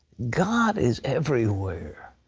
god is everywhere.